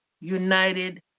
united